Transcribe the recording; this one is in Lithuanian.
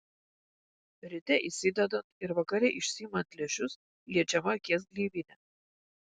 ryte įsidedant ir vakare išsiimant lęšius liečiama akies gleivinė